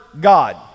God